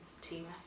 team